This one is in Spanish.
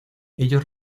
ellos